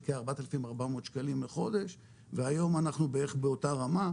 כ-4,400 שקלים לחודש והיום אנחנו בערך באותה רמה.